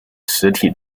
实体